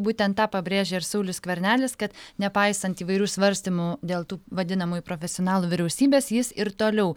būtent tą pabrėžia ir saulius skvernelis kad nepaisant įvairių svarstymų dėl tų vadinamųjų profesionalų vyriausybės jis ir toliau